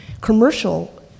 Commercial